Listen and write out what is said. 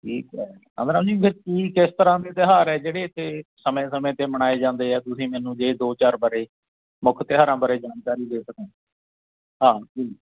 ਠੀਕ ਹੈ ਨੰਦ ਰਾਮ ਜੀ ਫਿਰ ਕਿਸ ਤਰ੍ਹਾਂ ਦੇ ਤਿਉਹਾਰ ਹੈ ਜਿਹੜੇ ਏਥੇ ਸਮੇਂ ਸਮੇਂ 'ਤੇ ਮਨਾਏ ਜਾਂਦੇ ਆ ਤੁਸੀਂ ਮੈਨੂੰ ਜੇ ਦੋ ਚਾਰ ਬਾਰੇ ਮੁੱਖ ਤਿਉਹਾਰਾਂ ਬਾਰੇ ਜਾਣਕਾਰੀ ਦੇ ਸਕੋ